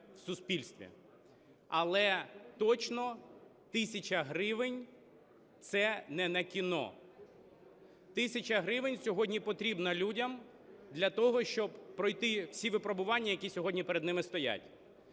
Але точно тисяча гривень це не на кіно, тисяча гривень сьогодні потрібна людям для того, щоб пройти всі випробування, які сьогодні перед ними стоять.